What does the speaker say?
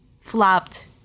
flopped